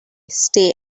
stay